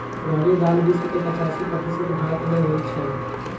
रहरी दाल विश्व के पचासी प्रतिशत भारतमें होइ छइ